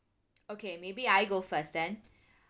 okay maybe I go first then